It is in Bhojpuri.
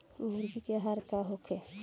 मुर्गी के आहार का होखे?